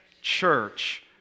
church